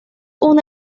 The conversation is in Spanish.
una